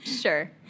Sure